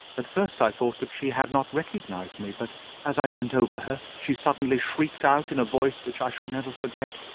at first i thought that she had not recognised me, but as i bent over her she suddenly shrieked out in a voice which i shall never forget,